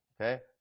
Okay